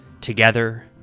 together